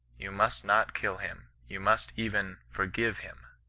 you must not kiu him you must even forgive him